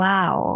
Wow